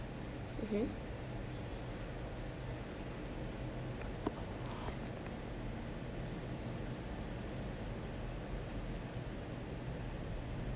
mmhmm